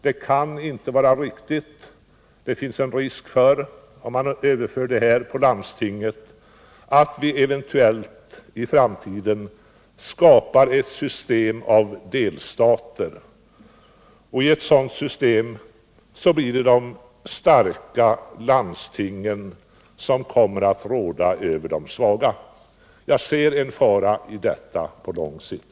Om vi överför det på landstingen finns det en risk för att vi i framtiden skapar ett system av delstater, och i ett sådant system blir det de starka landstingen som kommer att råda över de svaga. Jag ser en fara i detta på lång sikt.